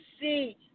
see